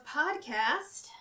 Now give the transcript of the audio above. podcast